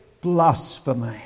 blasphemy